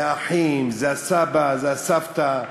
זה האחים, זה הסבא, זה הסבתא,